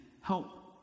help